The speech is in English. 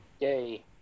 Yay